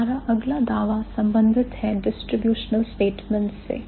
हमारा अगला दावा संबंधित है distributional statement से